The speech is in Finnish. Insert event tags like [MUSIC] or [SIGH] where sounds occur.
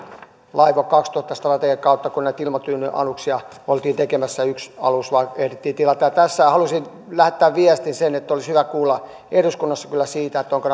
laivue kaksituhatta strategian kautta kun näitä ilmatyynyaluksia oltiin tekemässä ja yksi alus vain ehdittiin tilata tässä haluaisin lähettää sen viestin että olisi hyvä kuulla eduskunnassa kyllä siitä onko [UNINTELLIGIBLE]